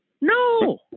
No